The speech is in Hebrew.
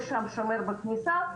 יש שם שומר בכניסה,